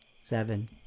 seven